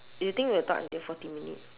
you think we'll talk until forty minute